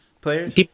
players